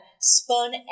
spun